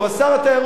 שר התיירות,